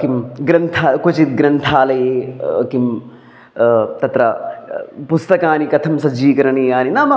किं ग्रन्थः क्वचिद् ग्रन्थालये किं तत्र पुस्तकानि कथं सज्जीकरणीयानि नाम